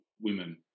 women